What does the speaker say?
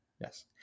Yes